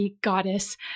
goddess